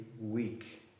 week